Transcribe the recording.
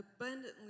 abundantly